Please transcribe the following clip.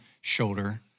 shoulder